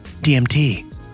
DMT